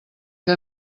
que